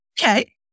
okay